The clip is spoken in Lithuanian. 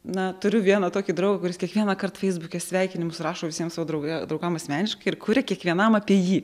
na turiu vieną tokį draugą kuris kiekvienąkart feisbuke sveikinimus rašo visiems savo drauge draugam asmeniškai ir kuria kiekvienam apie jį